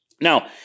Now